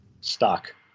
stock